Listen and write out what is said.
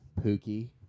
Pookie